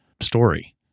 story